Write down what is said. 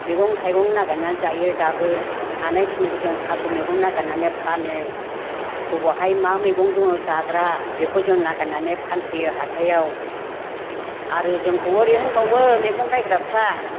मैगं थायगं नागिरनानै जायो दाबो हानाय खिनिखौ जोङो थास' मैगं नागिरनानै फानो बबेहाय मा मैगं दंङ जाग्रा बेखौ जों नागिरनानै फानफैयो हाथायाव आरो जोंखौ ओरै होनबावो मैगं बायग्राफ्रा